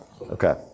Okay